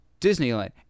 Disneyland